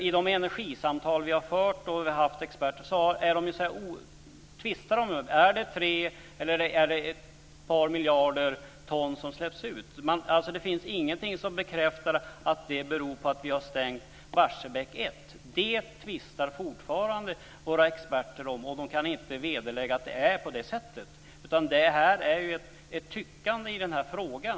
I de energisamtal vi har fört där vi har haft med experter har det framgått att de tvistar. Är det ett par miljarder ton som släpps ut? Det finns ingenting som bekräftar att det beror på att vi har stängt Barsebäck 1. Det tvistar fortfarande våra experter om. De kan inte vederlägga att det är på det sättet. Det är ett tyckande i den här frågan.